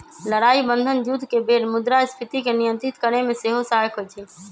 लड़ाइ बन्धन जुद्ध के बेर मुद्रास्फीति के नियंत्रित करेमे सेहो सहायक होइ छइ